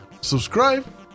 subscribe